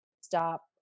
stop